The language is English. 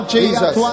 Jesus